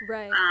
Right